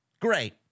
Great